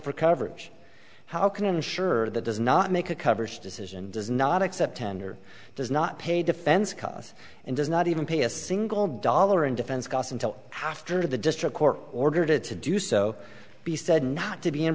for coverage how can ensure that does not make a coverage decision does not accept tender does not pay defense costs and does not even pay a single dollar in defense costs until after the district court ordered it to do so be said not to be in